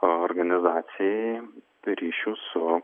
organizacijai ryšių su